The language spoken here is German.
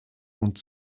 und